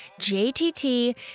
JTT